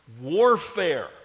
warfare